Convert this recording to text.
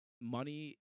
Money